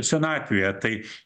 senatvėje tai